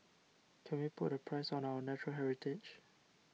can we put a price on our natural heritage